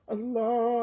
Allah